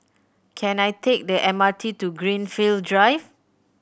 can I take the M R T to Greenfield Drive